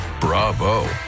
Bravo